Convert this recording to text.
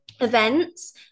events